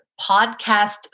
podcast